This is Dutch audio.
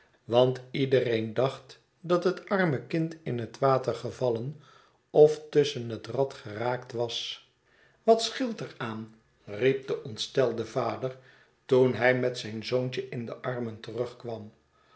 want iedereen dacht dat het arme kind in het water gevallen of tusschen het rad geraakt was wat scheelt er aan riep de ontsteldevader toen hij met zijn zoontje in de armen terugkwam